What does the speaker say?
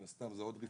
מן הסתם זה עוד רצפה,